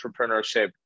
entrepreneurship